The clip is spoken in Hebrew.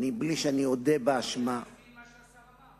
בלי שאני אודה באשמה, אני מסכים עם מה שהשר אמר.